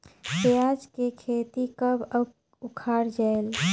पियाज के खेती कब अउ उखाड़ा जायेल?